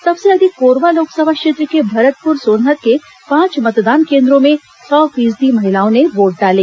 सबसे अधिक कोरबा लोकसभा क्षेत्र के भरतपुर सोनहत के पांच मतदान केन्द्रों में सौ फीसदी महिलाओं ने वोट डाले